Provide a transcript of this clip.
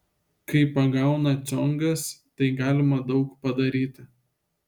kai pagauna ciongas tai galima daug padaryti